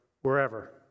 wherever